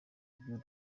by’u